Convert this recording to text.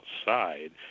outside